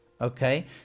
Okay